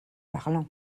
parlant